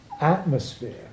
atmosphere